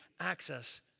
access